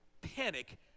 panic